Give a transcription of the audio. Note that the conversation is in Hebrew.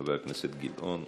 חבר הכנסת גילאון,